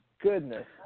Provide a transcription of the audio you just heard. goodness